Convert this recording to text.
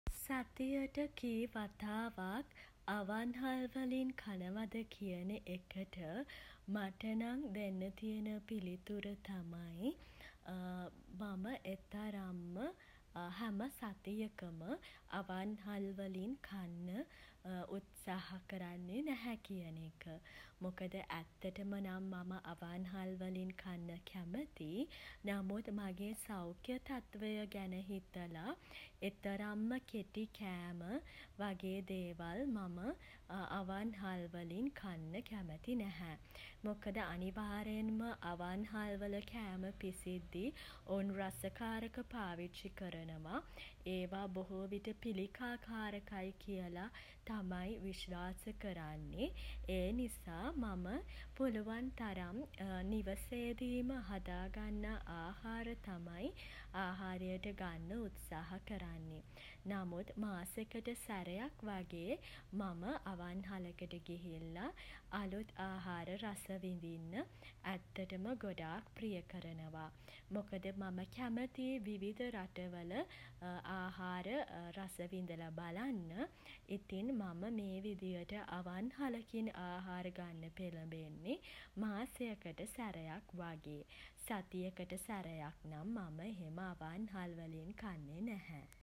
සතියට කී වතාවක් අවන්හල් වලින් කනවද කියන එකට මට නම් දෙන්න තියෙන පිළිතුර තමයි මම එතරම්ම හැම සතියකම අවන්හල් වලින් කන්න උත්සාහ කරන්නේ නැහැ කියන එක. මොකද ඇත්තටම නම් මම අවන්හල් වලින් කන්න කැමතියි. නමුත් මගේ සෞඛ්‍ය තත්වය ගැන හිතලා එතරම්ම කෙටි කෑම වගේ දේවල් මම අවන්හල් වලින් කන්න කැමැති නැහැ. මොකද අනිවාර්යෙන්ම අවන්හල් වල කෑම පිසිද්දී ඔවුන් රසකාරක පාවිච්චි කරනවා. ඒවා බොහෝ විට පිළිකාකාරකයි කියල තමයි විශ්වාස කරන්නේ. ඒ නිසා මම පුළුවන් තරම් නිවසේදීම හදා ගන්නා ආහාර තමයි ආහාරයට ගන්න උත්සාහ කරන්නේ. නමුත් මාසෙකට සැරයක් වගේ මම අවන්හලකට ගිහිල්ලා අලුත් ආහාර රස විඳින්න ඇත්තටම ගොඩාක් ප්‍රිය කරනවා. මොකද මම කැමතියි විවිධ රටවල ආහාර රස විඳලා බලන්න. ඉතින් මම මේ විදිහට අවන්හලකින් ආහාර ගන්න පෙලඹෙන්නේ මාසයකට සැරයක් වගේ. සතියකට සැරයක් නම් මම එහෙම අවන්හල් වලින් කන්නේ නැහැ.